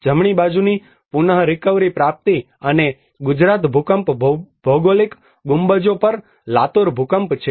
જમણી બાજુની પુનરીકવરી પ્રાપ્તિ અને ગુજરાત ભૂકંપ ભૌગોલિક ગુંબજો પર લાતુર ભૂકંપ છે